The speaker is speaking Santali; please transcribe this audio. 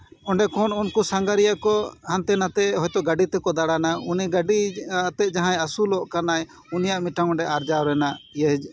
ᱚᱸᱰᱮ ᱠᱷᱚᱱ ᱩᱱᱠᱩ ᱥᱟᱸᱜᱷᱟᱨᱤᱭᱟᱹ ᱠᱚ ᱦᱟᱱᱛᱮ ᱱᱟᱛᱮ ᱦᱚᱭᱛᱳ ᱜᱟᱹᱰᱤ ᱛᱮᱠᱚ ᱫᱟᱬᱟᱱᱟ ᱩᱱᱤ ᱜᱟᱹᱰᱤᱭᱟᱛᱮᱫ ᱡᱟᱦᱟᱸᱭ ᱟᱹᱥᱩᱞᱚᱜ ᱠᱟᱱᱟᱭ ᱩᱱᱤᱭᱟᱜ ᱢᱤᱫᱴᱟᱱ ᱚᱸᱰᱮ ᱟᱨᱡᱟᱣ ᱨᱮᱱᱟᱜ ᱟᱜ ᱤᱭᱟᱹ